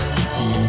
City